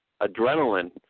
adrenaline